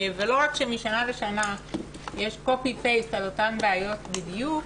ולא רק שמשנה לשנה יש קופי-פייסט על אותן בעיות בדיוק,